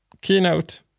Keynote